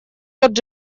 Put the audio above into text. тот